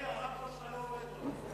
עמיר, המיקרופון שלך לא עובד טוב.